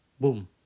boom